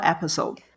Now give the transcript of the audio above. Episode